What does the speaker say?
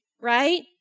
right